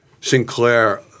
Sinclair